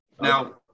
Now